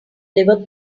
liver